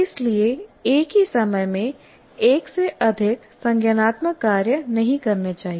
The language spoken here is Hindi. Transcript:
इसलिए एक ही समय में एक से अधिक संज्ञानात्मक कार्य नहीं करने चाहिए